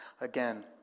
again